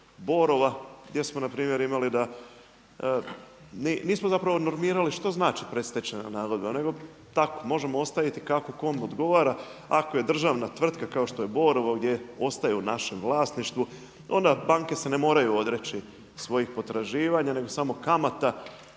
Borova gdje smo npr. imali da, nismo zapravo normirali što znači predstečajna nagodba, nego tako možemo ostaviti kako kome odgovara. Ako je državna tvrtka kao što je Borovo gdje ostaje u našem vlasništvu onda banke se ne moraju odreći svojih potraživanja nego samo kamata.